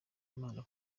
imana